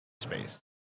space